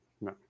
no